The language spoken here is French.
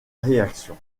réaction